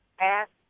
ask